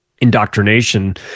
indoctrination